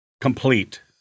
complete